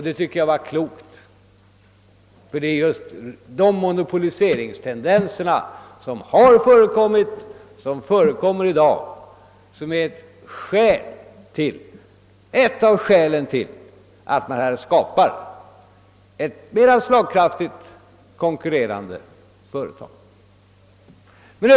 Det tycker jag var klokt, ty just de monopoliseringstendenser som har förekommit och som förekommer i dag är ett av skälen till att vi vill skapa ett mer slagkraftigt konkurrerande företag.